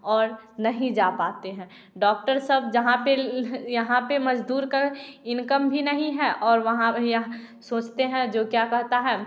और नहीं जा पाते हैं डॉक्टर सब जहाँ पर यहाँ पर मजदूर का इनकम भी नहीं है और वहाँ यह सोचते हैं जो क्या कहता है